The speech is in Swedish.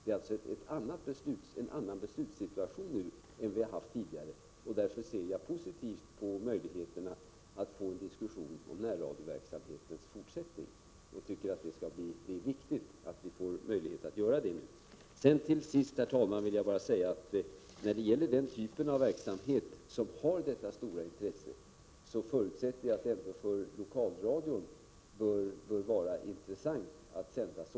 Beslutssituationen är alltså en annan än vad vi har haft tidigare, och därför ser jag positivt på möjligheterna att få en diskussion om närradions fortsatta verksamhet. Det är viktigt att vi får möjlighet att göra detta. Herr talman! Jag vill till sist säga att jag förutsätter att lokalradion när det gäller denna typ av verksamhet bör vara intresserad av att sända sådant som folk verkligen vill lyssna på.